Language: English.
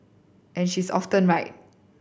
and she is often right